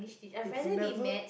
it's never